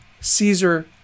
Caesar